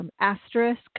asterisk